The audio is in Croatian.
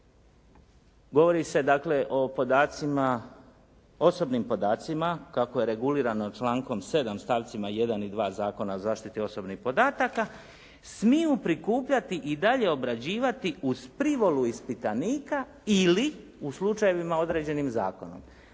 govori se dakle o osobnim podacima kako je regulirano člankom 7. stavcima 1. i 2. Zakona o zaštiti osobnih podataka smiju prikupljati i dalje obrađivati uz privolu ispitanika ili u slučajevima određenim zakonom.